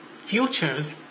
futures